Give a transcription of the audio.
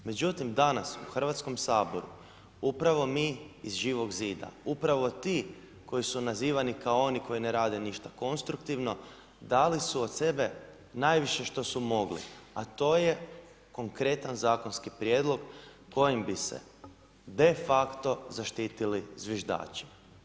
Međutim, danas u Hrvatskom saboru upravo mi iz Živog zida, upravo ti koji su nazivani kao oni koji ne rade ništa konstruktivno, dali su od sebe najviše što su mogli, a to je konkretan zakonski prijedlog kojim bi se de facto zaštitili zviždači.